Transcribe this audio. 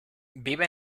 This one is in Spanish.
vive